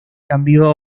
cambio